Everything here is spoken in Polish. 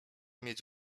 mieć